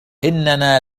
إننا